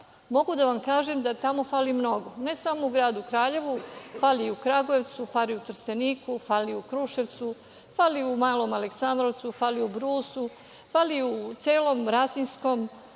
mogu da vam kažem da tamo fali mnogo, ne samo u gradu Kraljevu, fali i u Kragujevcu, fali u Trsteniku, fali u Kruševcu, fali u malom Aleksandrovcu, fali u Brusu, fali u celom Rasinskom,